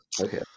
Okay